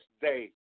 day